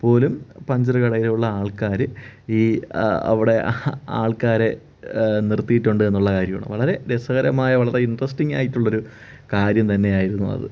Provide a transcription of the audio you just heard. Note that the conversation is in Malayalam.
പോലും പഞ്ചർ കടയുള്ള ആൾക്കാർ ഈ അവിടെ ആൾക്കാരെ നിർത്തിയിട്ടുണ്ട് എന്നുള്ള കാര്യമാണ് വളരെ രസകരമായ വളരെ ഇൻറ്ററസ്റ്റിംഗ് ആയിട്ടുള്ളൊരു കാര്യം തന്നെ ആയിരുന്നു അത്